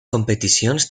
competicions